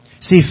See